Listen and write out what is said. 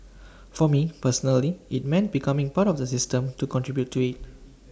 for me personally IT meant becoming part of the system to contribute to IT